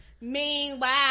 Meanwhile